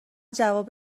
جواب